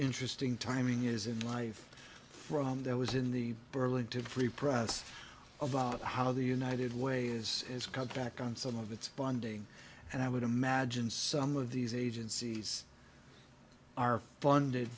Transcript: interesting timing is in life from there was in the burlington free press about how the united way is has cut back on some of its funding and i would imagine some of these agencies are funded